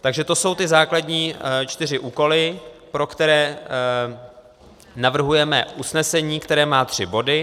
Takže to jsou ty základní čtyři úkoly, pro které navrhujeme usnesení, které má tři body.